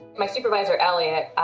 my supervisor elliot,